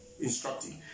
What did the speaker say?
instructive